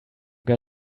got